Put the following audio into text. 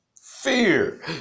fear